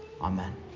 Amen